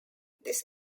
this